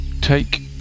Take